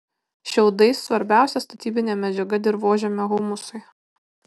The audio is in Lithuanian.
šiaudai svarbiausia statybinė medžiaga dirvožemio humusui